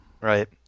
Right